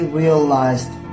realized